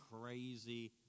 crazy